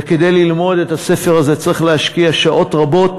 וכדי ללמוד את הספר הזה צריך להשקיע שעות רבות